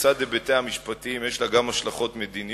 שלצד היבטיה המשפטיים יש לה גם השלכות מדיניות,